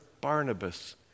Barnabas